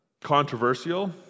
controversial